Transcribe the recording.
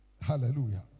Hallelujah